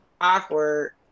awkward